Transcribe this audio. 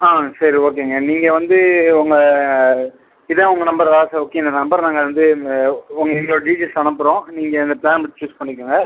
ஆமாம் சரி ஓகேங்க நீங்கள் வந்து உங்கள் இதுதான் உங்கள் நம்பராக சரி ஓகே இந்த நம்பரை நாங்கள் வந்து எங்களோடய டீடைல்ஸ் அனுப்புகிறோம் நீங்கள் அந்த டைம்மை சூஸ் பண்ணிக்கோங்க